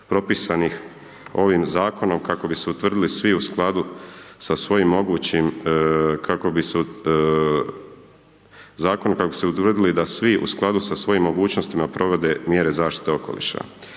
propisanih ovim Zakonom, kako bi se utvrdili da svi u skladu sa svojim mogućnostima provode mjere zaštite okoliša.